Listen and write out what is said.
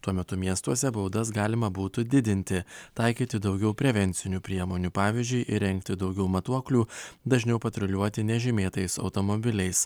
tuo metu miestuose baudas galima būtų didinti taikyti daugiau prevencinių priemonių pavyzdžiui įrengti daugiau matuoklių dažniau patruliuoti nežymėtais automobiliais